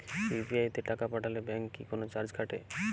UPI তে টাকা পাঠালে ব্যাংক কি কোনো চার্জ কাটে?